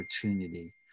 opportunity